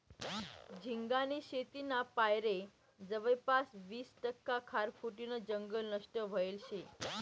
झिंगानी शेतीना पायरे जवयपास वीस टक्का खारफुटीनं जंगल नष्ट व्हयेल शे